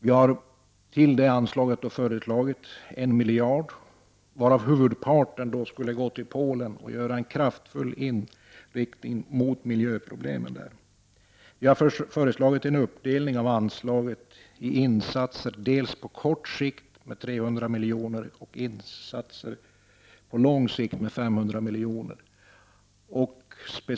Vi har till detta anslag också föreslagit 1 miljard, varav huvudparten skulle gå till Polen och ha en kraftig inriktning mot miljöproblemen där. Vi har föreslagit en uppdelning av anslaget i insatser på kort sikt med 300 milj.kr. och insatser på lång sikt med 500 milj.kr.